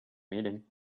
meeting